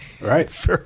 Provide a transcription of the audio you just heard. right